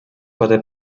quatre